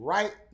Right